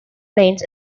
plains